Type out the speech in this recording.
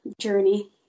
journey